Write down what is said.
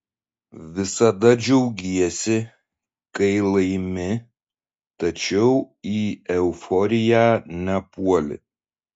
visada džiaugiesi kai laimi tačiau į euforiją nepuoli